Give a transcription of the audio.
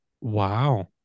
Wow